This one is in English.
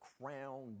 crown